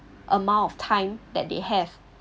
amount of time that they have